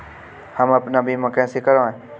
हम अपना बीमा कैसे कराए?